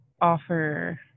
offer